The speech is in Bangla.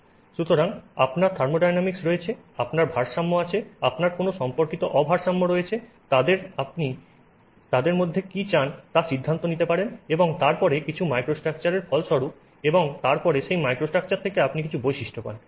সুতরাং আপনার থার্মোডিনামিক্স রয়েছে আপনার ভারসাম্য আছে আপনার কোনও সম্পর্কিত অভারসাম্য রয়েছে আপনি তাদের মধ্যে কী চান তা সিদ্ধান্ত নিতে পারেন এবং তারপরে কিছু মাইক্রোস্ট্রাকচারের ফলস্বরূপ এবং তারপরে সেই মাইক্রোস্ট্রাকচার থেকে আপনি কিছু বৈশিষ্ট্য পান